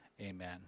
Amen